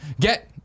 Get